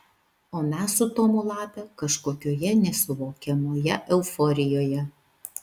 o mes su tomu lape kažkokioje nesuvokiamoje euforijoje